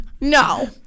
No